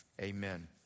Amen